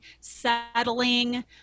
settling